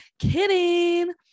kidding